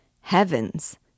Heavens